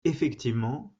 effectivement